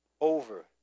over